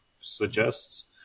suggests